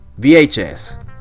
VHS